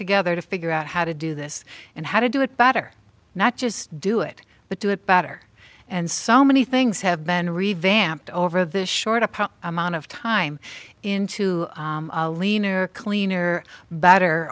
together to figure out how to do this and how to do it better not just do it but do it better and so many things have been revamped over this short of amount of time into a leaner cleaner better